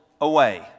away